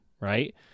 right